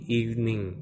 evening